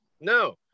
No